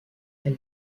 elle